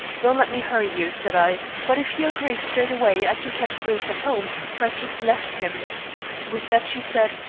don't let me hurry you said i, but if you agree straight-away i can catch bruce at home, for i've just left him with that she said,